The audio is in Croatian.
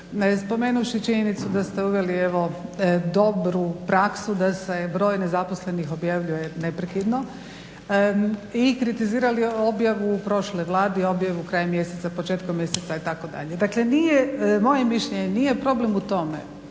spomenuvši činjenicu da ste uveli evo dobru praksu da se broj nezaposlenih objavljuje neprekidno i kritizirali objavu prošle vlade objavu krajem mjeseca, početkom mjeseca itd. Moje je mišljenje, nije problem u tome